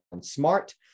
smart